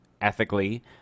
ethically